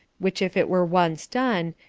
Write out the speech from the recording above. which if it were once done,